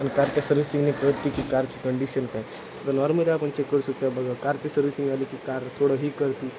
आणि कारच्या सर्व्हिसिंगने कळते की कारची कंडिशन काय आहे नॉर्मली आपण चेक करू शकतो बघा कारची सर्व्हिसिंग आली की कार थोडं हे करते